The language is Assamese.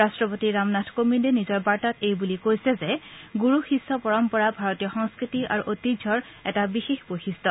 ৰাট্ৰপতি ৰামনাথ কোবিন্দে নিজৰ বাৰ্তাত এই বুলি কৈছে যে গুৰু শিষ্য পৰম্পৰা ভাৰতীয় সংস্কৃতি আৰু ঐতিহ্যৰ এটা বিশেষ বৈশিষ্ট্য